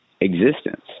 existence